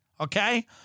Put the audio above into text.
okay